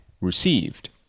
received